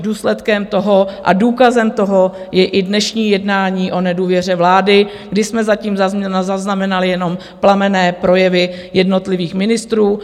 Důsledkem toho a důkazem toho je i dnešní jednání o nedůvěře vlády, kdy jsme zatím zaznamenali jenom plamenné projevy jednotlivých ministrů.